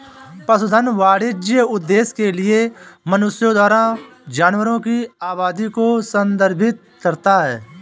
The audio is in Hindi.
पशुधन वाणिज्यिक उद्देश्य के लिए मनुष्यों द्वारा जानवरों की आबादी को संदर्भित करता है